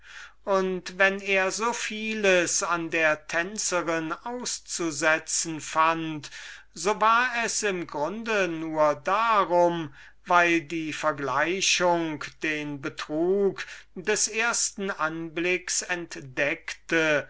und wenn er so vieles an der tänzerin auszusetzen fand so war es im grunde nur darum weil die vergleichung den betrug des ersten anblicks entdeckte